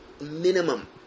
minimum